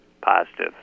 positive